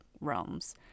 realms